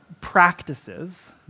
practices